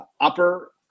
upper